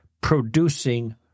producing